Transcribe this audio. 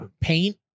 Paint